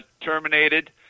terminated